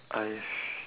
!hais!